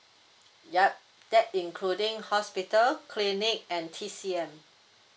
yup that including hospital clinic and T_C_M